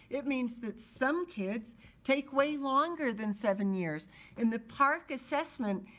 it means that some kids take way longer than seven years and the parcc assessment,